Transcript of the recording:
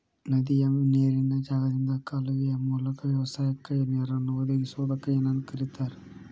ನದಿಯ ನೇರಿನ ಜಾಗದಿಂದ ಕಾಲುವೆಯ ಮೂಲಕ ವ್ಯವಸಾಯಕ್ಕ ನೇರನ್ನು ಒದಗಿಸುವುದಕ್ಕ ಏನಂತ ಕರಿತಾರೇ?